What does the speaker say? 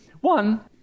One